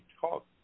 talk